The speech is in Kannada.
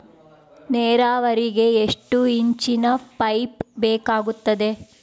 ನೇರಾವರಿಗೆ ಎಷ್ಟು ಇಂಚಿನ ಪೈಪ್ ಬೇಕಾಗುತ್ತದೆ?